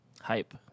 hype